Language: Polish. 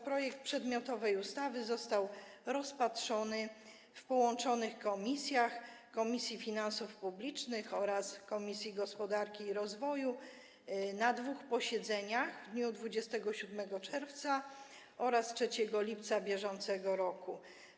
Projekt przedmiotowej ustawy został rozpatrzony w połączonych komisjach: Komisji Finansów Publicznych oraz Komisji Gospodarki i Rozwoju, na dwóch posiedzeniach: w dniu 27 czerwca oraz 3 lipca br.